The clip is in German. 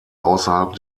außerhalb